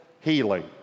healing